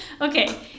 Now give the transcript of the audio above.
Okay